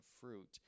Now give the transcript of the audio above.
fruit